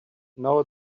now